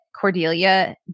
Cordelia